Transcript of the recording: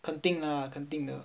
肯定肯定的